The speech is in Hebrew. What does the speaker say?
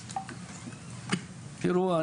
תראו,